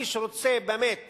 מי שרוצה באמת